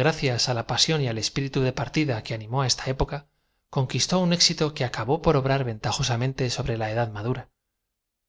gracias á ia pa sión y al espiritu de partido que animó á eata época conquistó un éxito que acabó por obrar ventajosamen te sobre la edad madura